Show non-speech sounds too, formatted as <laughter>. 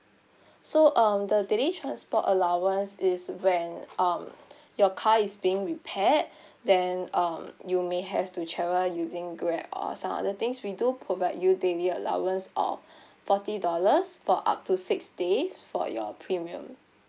<breath> so um the daily transport allowance is when um <breath> your car is being repaired <breath> then um you may have to travel using grab or some other things we do provide you daily allowance of <breath> forty dollars for up to six days for your premium